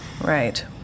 Right